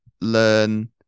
learn